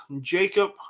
Jacob